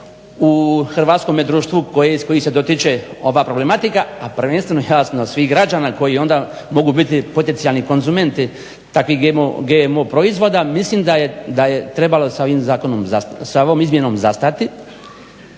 u hrvatskome društvu koji se dotiče ova problematika a prvenstveno jasno svih građana koji onda mogu biti potencijalni konzumenti takvih GMO proizvoda. Mislim da je trebalo sa ovom izmjenom zastati,